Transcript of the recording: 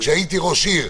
כשהייתי ראש עיר,